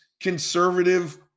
conservative